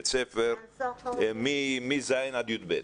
מז' י"ב,